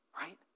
right